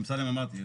אמסלם אמרתי,